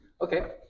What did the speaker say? okay